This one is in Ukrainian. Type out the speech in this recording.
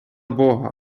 бога